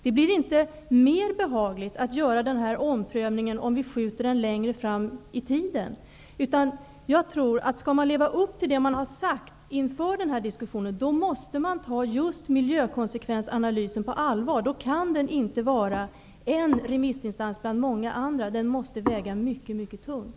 Det blir inte mera behagligt att göra den här omprövningen om vi skjuter den längre fram i tiden. Om man skall leva upp till det man har sagt inför den här diskussionen, måste man ta miljökonsekvensanalysen på allvar. Detta kan inte bara vara en remissinstans bland många andra, utan denna prövning måste väga mycket, mycket tungt.